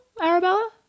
Arabella